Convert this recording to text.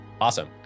Awesome